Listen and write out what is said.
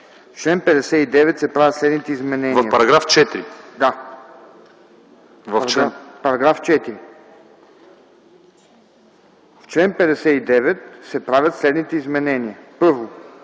В чл. 59 се правят следните изменения: 1.